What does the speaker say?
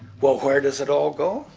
well, where does it all go?